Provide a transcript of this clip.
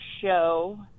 show